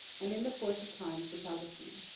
and in the course of time st. augustine.